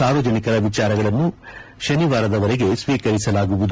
ಸಾರ್ವಜನಿಕರ ವಿಚಾರಗಳನ್ನು ಶನಿವಾರದವರೆಗೆ ಸ್ವೀಕರಿಸಲಾಗುವುದು